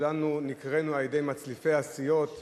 שכולנו נקראנו על-ידי מצליפי הסיעות,